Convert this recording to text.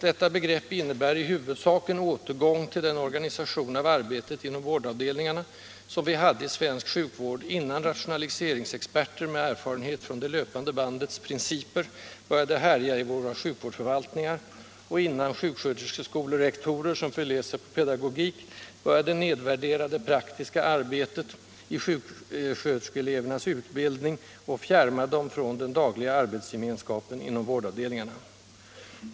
Detta begrepp innebär i huvudsak en återgång till den organisation av arbetet inom vårdavdelningarna som vi hade i svensk sjukvård innan rationaliseringsexperter med erfarenhet från det löpande bandets principer började härja i våra sjukvårdsförvaltningar och innan sjuksköterskeskolerektorer, som förläst sig på pedagogik, började nedvärdera det praktiska arbetet i sjuksköterskeelevernas utbildning och fjärma dem från den dagliga arbetsgemenskapen inom vårdavdelningarna.